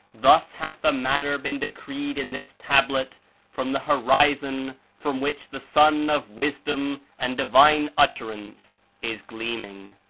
thus hath the matter been decreed in this tablet from the horizon from which the sun of wisdom and divine utterance is gleaming.